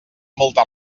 molta